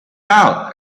out